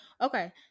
Okay